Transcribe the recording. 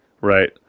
right